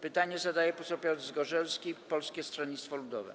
Pytanie zadaje poseł Piotr Zgorzelski, Polskie Stronnictwo Ludowe.